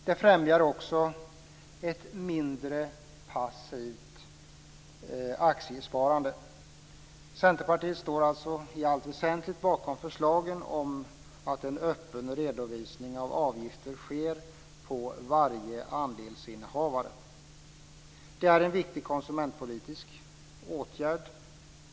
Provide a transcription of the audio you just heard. Det främjar också ett mindre passivt aktiesparande. Centerpartiet står alltså i allt väsentligt bakom förslagen om att en öppen redovisning av avgifter sker på varje andelsinnehav. Det är en viktig konsumentpolitisk åtgärd.